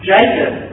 Jacob